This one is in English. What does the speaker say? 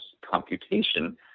computation